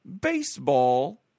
baseball